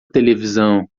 televisão